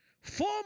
four